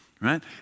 right